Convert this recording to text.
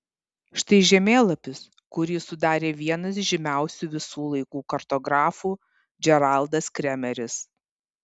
štai žemėlapis kurį sudarė vienas žymiausių visų laikų kartografų džeraldas kremeris